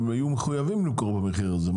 הם יהיו מחויבים למכור במחיר הזה.